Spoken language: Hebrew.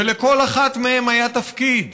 ולכל אחת מהן היה תפקיד,